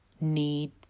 need